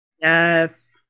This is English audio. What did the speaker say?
Yes